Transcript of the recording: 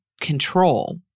control